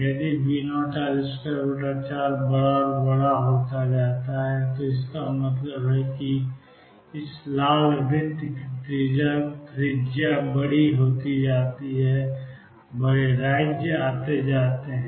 यदि V0L24 बड़ा और बड़ा हो जाता है तो इसका मतलब है कि इस लाल वृत्त की त्रिज्या बड़ी हो जाती है और बड़े राज्य आते हैं